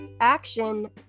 action